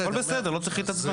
הכל בסדר, לא צריך להתעצבן.